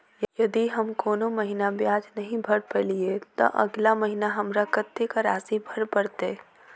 यदि हम कोनो महीना ब्याज नहि भर पेलीअइ, तऽ अगिला महीना हमरा कत्तेक राशि भर पड़तय?